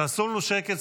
תעשו לנו שקט.